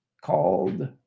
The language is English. called